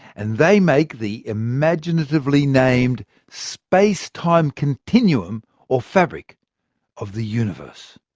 and they make the imaginatively named space-time continuum or fabric of the universe.